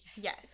Yes